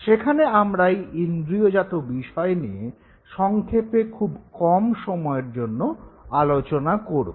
সেখানে আমরা এই ইন্দ্রিয়জাত বিষয় নিয়ে সংক্ষেপে খুব কম সময়ের জন্য আলোচনা করব